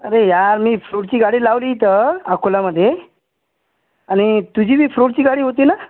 अरे यार मी फ्रूटची गाडी लावली इथे अकोल्यामध्ये आणि तुझीही फ्रूटची गाडी होती ना